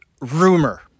rumor